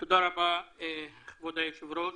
תודה רבה כבוד היושבת-ראש,